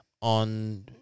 on